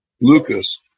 Lucas